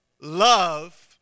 Love